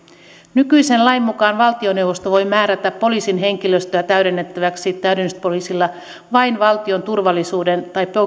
nykyisen lain mukaan valtioneuvosto voi määrätä poliisin henkilöstöä täydennettäväksi täydennyspoliisilla vain valtion turvallisuuden tai